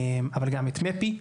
אבל גם את מפ"י,